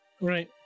Right